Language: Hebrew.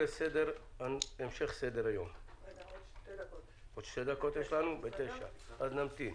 הישיבה ננעלה בשעה 08:58.